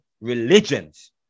religions